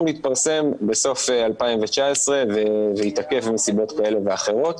להתפרסם בסוף 2019 והתעכב מסיבות כאלה ואחרות,